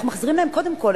אנחנו מחזירים להם קודם כול,